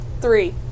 three